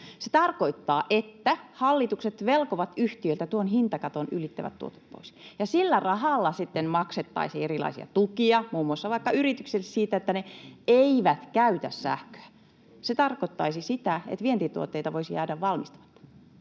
Se tarkoittaa, että hallitukset velkovat yhtiöiltä tuon hintakaton ylittävät tuotot pois ja sillä rahalla sitten maksettaisiin erilaisia tukia, muun muassa vaikka yrityksille siitä, että ne eivät käytä sähköä. Se tarkoittaisi sitä, että vientituotteita voisi jäädä valmistamatta.